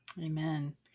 Amen